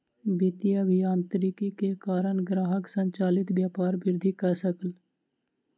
वित्तीय अभियांत्रिकी के कारण ग्राहक संचालित व्यापार वृद्धि कय सकल